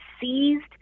seized